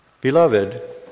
Beloved